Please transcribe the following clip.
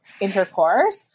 intercourse